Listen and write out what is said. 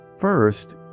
First